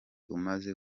umaze